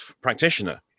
practitioner